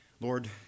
Lord